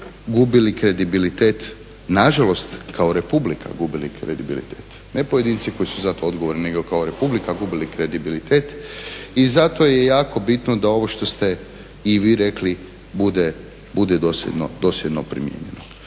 gubili kredibilitet, nažalost kao Republika gubili kredibilitet. Ne pojedinci koji su za to odgovorni nego kao Republika gubili kredibilitet. I zato je jako bitno da ovo što ste i vi rekli bude dosljedno primijenjeno.